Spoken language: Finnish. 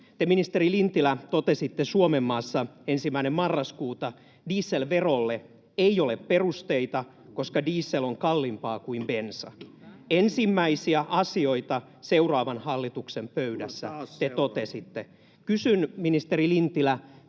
Te, ministeri Lintilä, totesitte Suomenmaassa 1. marraskuuta: ”Dieselverolle ei ole perusteita, koska diesel on kalliimpaa kuin bensa — ’ensimmäisiä asioita seuraavan hallituksen pöydässä’”. Kysyn, ministeri Lintilä: